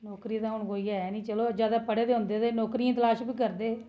नौकरी दा हू'न कोई ऐ निं चलो जादै पढ़े दे होंदे ते नौकरियें दी तलाश बी करदे हे